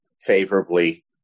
favorably